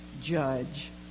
judge